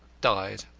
died.